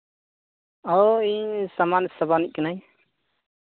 ᱚ ᱤᱧ ᱥᱟᱢᱟᱱ ᱥᱮᱵᱟᱱᱤᱜ ᱠᱟᱹᱱᱟᱹᱧ